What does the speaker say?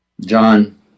John